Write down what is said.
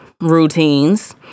routines